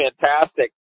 fantastic